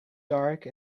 dark